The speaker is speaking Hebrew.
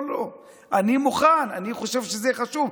אני מוכן, אני חושב שזה חשוב.